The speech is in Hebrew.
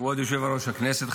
כבוד יושב-ראש הכנסת,